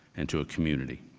and to a community.